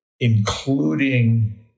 including